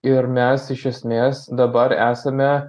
ir mes iš esmės dabar esame